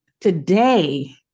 Today